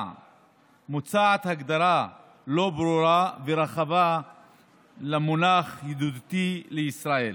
מוצעת הגדרה לא ברורה ורחבה למונח ידידותי לישראל: